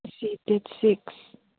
ꯉꯁꯤ ꯗꯦꯗ ꯁꯤꯛꯁ